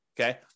Okay